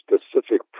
specific